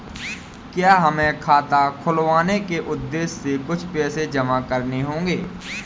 क्या हमें खाता खुलवाने के उद्देश्य से कुछ पैसे जमा करने होंगे?